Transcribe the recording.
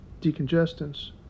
decongestants